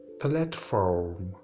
Platform